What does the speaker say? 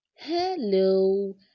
Hello